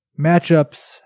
matchups